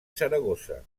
saragossa